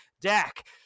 Dak